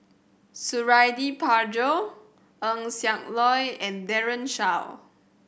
Suradi Parjo Eng Siak Loy and Daren Shiau